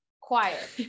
quiet